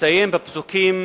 מסתיים בפסוקים